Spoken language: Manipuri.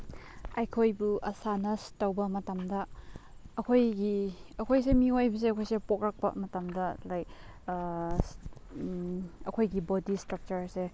ꯑꯩꯈꯣꯏꯕꯨ ꯑꯁꯥꯅꯁ ꯇꯧꯕ ꯃꯇꯝꯗ ꯑꯩꯈꯣꯏꯒꯤ ꯑꯩꯈꯣꯏꯁꯦ ꯃꯤꯑꯣꯏꯕꯁꯦ ꯑꯩꯈꯣꯏꯁꯦ ꯄꯣꯛꯂꯛꯄ ꯃꯇꯝꯗ ꯂꯥꯏꯛ ꯑꯩꯈꯣꯏꯒꯤ ꯕꯣꯗꯤ ꯏꯁꯇ꯭ꯔꯛꯆꯔꯁꯦ